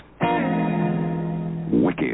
wicked